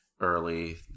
early